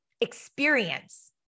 experience